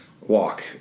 walk